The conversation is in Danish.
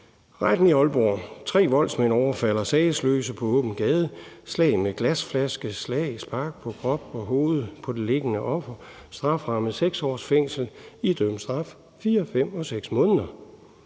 Retten i Aalborg: Tre voldsmænd overfaldt sagesløse på åben gade. Der var slag med glasflaske og slag og spark på kroppen og hovedet på det liggende offer. Strafferammen er 6 års fængsel, og den idømte straf var 4, 5 og 6 måneder.